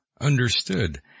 understood